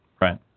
right